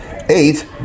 eight